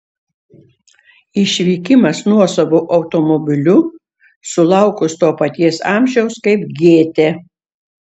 išvykimas nuosavu automobiliu sulaukus to paties amžiaus kaip gėtė